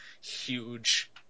huge